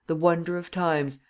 the wonder of times,